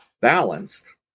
balanced